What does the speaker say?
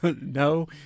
no